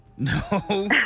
No